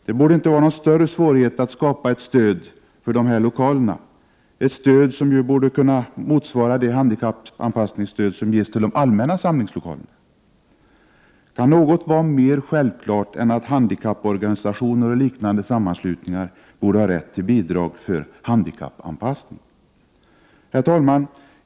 Det borde inte vara någon större svårighet att skapa ett stöd för dessa lokaler, ett stöd som ju borde kunna motsvara det handikappanpassningsstöd som ges till allmänna samlingslokaler. Kan något vara mer självklart än att handikapporganisationer och liknande sammanslutningar borde har rätt till bidrag för handikappanpassning? Herr talman!